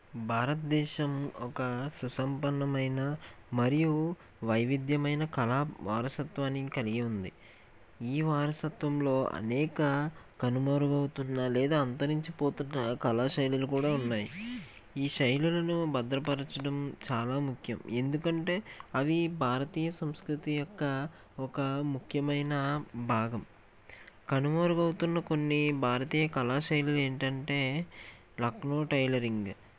భారతదేశం ఒక సుసంపన్నమైన మరియు వైవిధ్యమైన కళా వారసత్వాన్ని కలిగి ఉంది ఈ వారసత్వంలో అనేక కనుమరుగు అవుతున్న లేదా అంతరించిపోతున్న కళాశైలులు కూడా ఉన్నాయి ఈ శైలులను భద్రపరచడం చాలా ముఖ్యం ఎందుకంటే అవి భారతీయ సంస్కృతి యొక్క ఒక ముఖ్యమైన భాగం కనుమరుగు అవుతున్న కొన్ని భారతీయ కళాశైలులు ఏంటంటే లక్నో టైలరింగ్